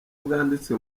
bwanditse